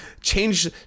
change